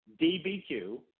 DBQ